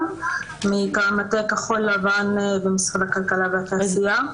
מטעם מטה כחול-לבן במשרד הכלכלה והתעשייה.